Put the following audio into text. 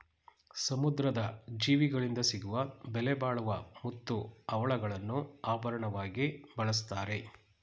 ಸಮುದ್ರದ ಜೀವಿಗಳಿಂದ ಸಿಗುವ ಬೆಲೆಬಾಳುವ ಮುತ್ತು, ಹವಳಗಳನ್ನು ಆಭರಣವಾಗಿ ಬಳ್ಸತ್ತರೆ